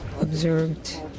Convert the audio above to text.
observed